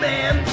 Man